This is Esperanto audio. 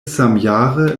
samjare